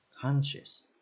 Conscious